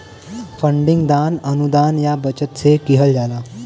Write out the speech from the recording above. funding दान, अनुदान या बचत से किहल जाला